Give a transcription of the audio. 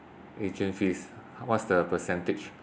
agent fees what's the percentage